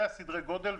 זה סדרי הגודל,